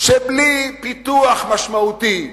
שבלי פיתוח משמעותי,